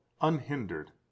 unhindered